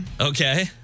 Okay